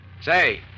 Say